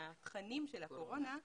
לתכנים של הקורונה,